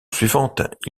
suivante